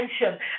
attention